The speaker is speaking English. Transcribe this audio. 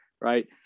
right